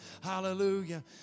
hallelujah